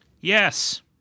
Yes